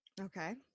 Okay